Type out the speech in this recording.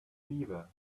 beaver